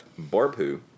Barpu